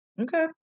Okay